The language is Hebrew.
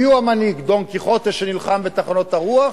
מיהו המנהיג, דון קיחוטה, שנלחם בתחנות הרוח,